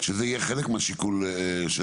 שזה יהיה חלק מהשיקול שלכם.